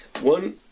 one